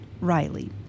Riley